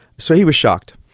so he was shocked.